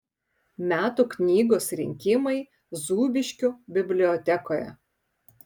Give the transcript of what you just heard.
metų knygos rinkimai zūbiškių bibliotekoje